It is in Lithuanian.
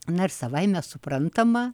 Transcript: na ir savaime suprantama